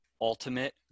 ultimate